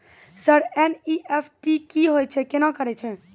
Sir NEFT की होय छै, केना करे छै?